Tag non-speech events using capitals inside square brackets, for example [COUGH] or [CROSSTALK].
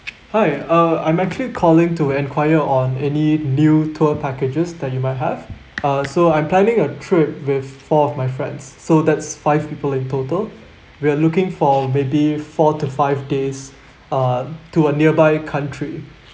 [NOISE] hi uh I'm actually calling to enquire on any new tour packages that you might have uh so I'm planning a trip with four of my friends so that's five people in total we are looking for maybe four to five days uh to a nearby country